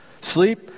Sleep